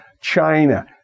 China